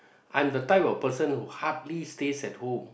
I'm the type of person who hardly stays at home